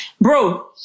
bro